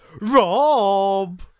Rob